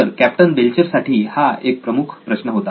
तर captain Belcher साठी हा एक प्रमुख प्रश्न होता